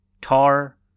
Tar